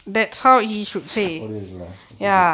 audio இருக்கு:irukku lah okay